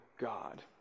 God